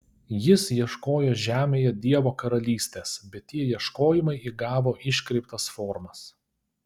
jis ieškojo žemėje dievo karalystės bet tie ieškojimai įgavo iškreiptas formas